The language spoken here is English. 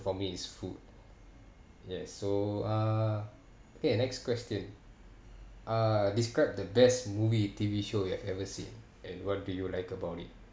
for me it's food yes so uh okay next question uh describe the best movie T_V show you have ever seen and what do you like about it